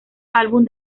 álbum